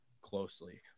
closely